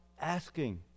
asking